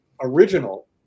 original